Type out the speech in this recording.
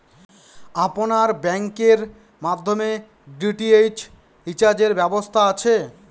আপনার ব্যাংকের মাধ্যমে ডি.টি.এইচ রিচার্জের ব্যবস্থা আছে?